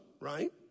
right